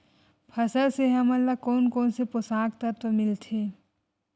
फसल से हमन ला कोन कोन से पोषक तत्व मिलथे?